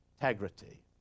integrity